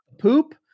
poop